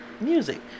music